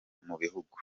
mugihugu